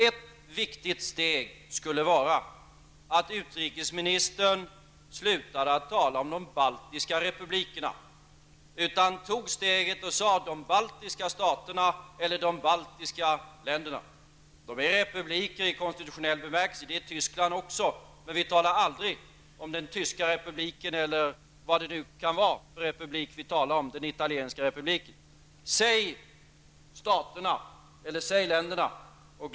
Ett viktigt steg skulle vara att utrikesministern slutade att tala om ''de baltiska republikerna'' och i stället tog steget och sade ''de baltiska staterna'' eller ''de baltiska länderna''. De är republiker i konstitutionell bemärkelse -- det är Tyskland också --, men vi talar aldrig om ''den tyska republiken'', ''den italienska republiken'' eller vilken republik det nu kan vara vi talar om.